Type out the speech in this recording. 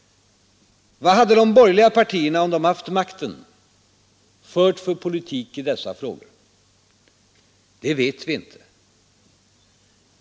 Vad hade de borg politik i dessa frågor? Det vet vi inte.